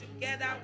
together